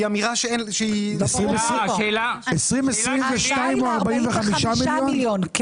אמירה שהיא --- 2022 הוא 45 מיליון?